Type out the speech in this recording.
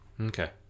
okay